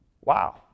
Wow